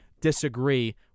disagree